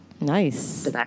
Nice